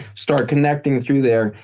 start connecting through there.